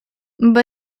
but